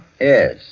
Yes